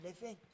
living